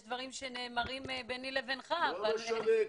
יש דברים שנאמרים ביני לבינך --- לא משנה,